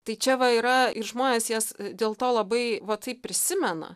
tai čia va yra ir žmonės jas dėl to labai va taip prisimena